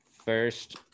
first